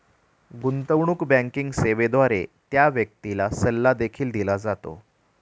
गुंतवणूक बँकिंग सेवेद्वारे त्या व्यक्तीला सल्ला देखील दिला जातो